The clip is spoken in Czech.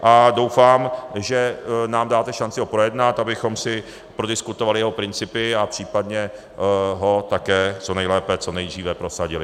A doufám, že nám dáte šanci ho projednat, abychom si prodiskutovali jeho principy a případně ho také co nejlépe, co nejdříve prosadili.